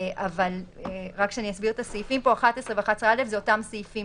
אבל אני אסביר את הסעיפים: 11 ו-11א זה אותם סעיפים